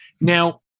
now